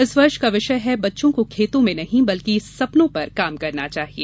इस वर्ष का विषय है बच्चों को खेतों में नहीं बल्कि सपनों पर काम करना चाहिए